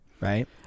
right